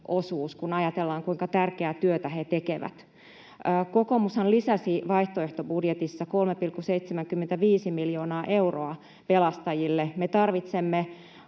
osuus, kun ajatellaan, kuinka tärkeää työtä he tekevät. Kokoomushan lisäsi vaihtoehtobudjetissaan 3,75 miljoonaa euroa pelastajille. Me tarvitsemme